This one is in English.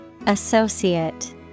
Associate